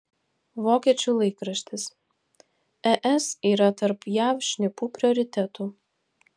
vokiečių laikraštis es yra tarp jav šnipų prioritetų